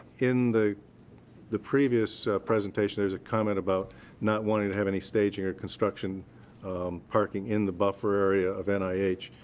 in the the previous presentation there's a comment about not wanting to have any staging or construction parking in the buffer area of and nih.